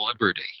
liberty